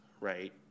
right